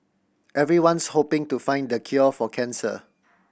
everyone's hoping to find the cure for cancer